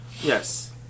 Yes